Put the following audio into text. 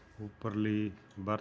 ਉੱਪਰਲੀ ਬਰਥ